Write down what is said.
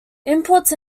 inputs